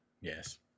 yes